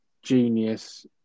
genius